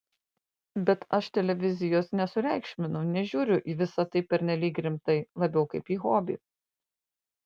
bet aš televizijos nesureikšminu nežiūriu į visa tai pernelyg rimtai labiau kaip į hobį